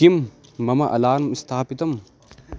किं मम अलार्म् स्थापितम्